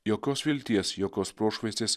jokios vilties jokios prošvaistės